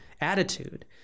attitude